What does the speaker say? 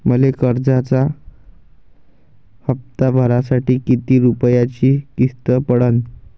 मले कर्जाचा हप्ता भरासाठी किती रूपयाची किस्त पडन?